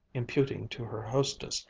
imputing to her hostess,